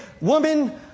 woman